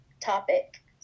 topic